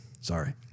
Sorry